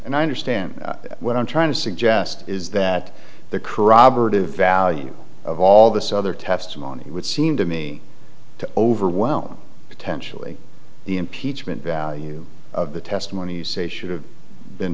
and i understand what i'm trying to suggest is that the corroborative value of all this other testimony would seem to me to overwhelm potentially the impeachment value of the testimony you say should have been